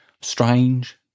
strange